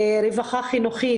רווחה חינוכית.